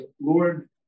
Lord